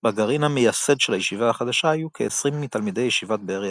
בגרעין המייסד של הישיבה החדשה היו כ-20 מתלמידי ישיבת באר יעקב.